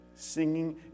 Singing